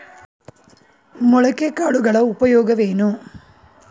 ಮೊಳಕೆ ಕಾಳುಗಳ ಉಪಯೋಗವೇನು?